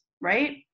right